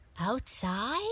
Outside